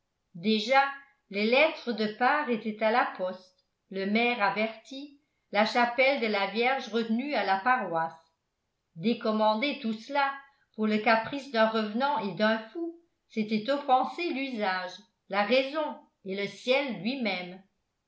déjà les lettres de part étaient à la poste le maire averti la chapelle de la vierge retenue à la paroisse décommander tout cela pour le caprice d'un revenant et d'un fou c'était offenser l'usage la raison et le ciel lui-même